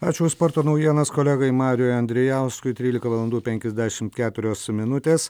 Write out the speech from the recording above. ačiū sporto naujienas kolegai mariui andrijauskui trylika valandų penkiasdešimt keturios minutės